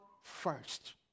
first